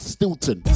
Stilton